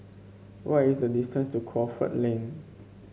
what is the distance to Crawford Lane